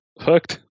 hooked